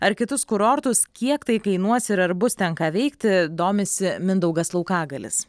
ar kitus kurortus kiek tai kainuos ir ar bus ten ką veikti domisi mindaugas laukagalis